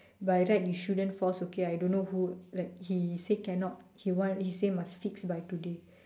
by right you shouldn't force okay I don't know who like he say cannot he want he say must fix by today